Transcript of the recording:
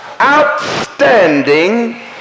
outstanding